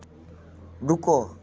रुको